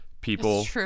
people